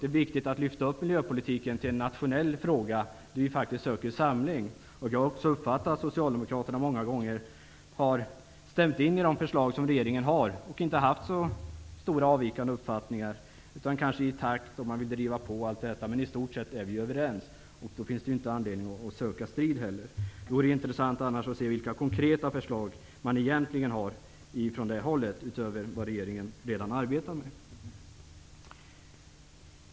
Det är viktigt att lyfta upp miljöpolitiken till en nationell fråga där vi faktiskt söker samling. Jag har också uppfattat att socialdemokraterna många gånger har stämt in i de förslag som regeringen har lagt fram och inte har haft så stora avvikande uppfattningar utan enbart velat driva på. I stort sett har man varit överens. Då finns det inte anledning att söka strid. Det är intressant att se vilka konkreta förslag som finns från det hållet utöver vad regeringen redan arbetar med.